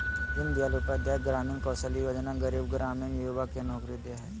दीन दयाल उपाध्याय ग्रामीण कौशल्य योजना गरीब ग्रामीण युवा के नौकरी दे हइ